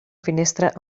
finestra